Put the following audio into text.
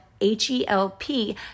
H-E-L-P